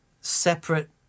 separate